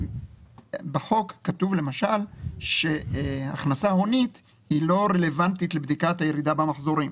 בחוק כתוב למשל שהכנסה הונית היא לא רלוונטית לבדיקת הירידה במחזורים.